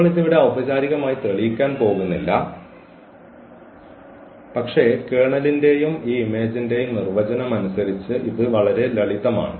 നമ്മൾ ഇത് ഇവിടെ ഔപചാരികമായി തെളിയിക്കാൻ പോകുന്നില്ല പക്ഷേ കേർണലിന്റെയും ഈ ഇമേജ്ന്റെയും നിർവചനം അനുസരിച്ച് ഇത് വളരെ ലളിതമാണ്